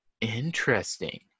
Interesting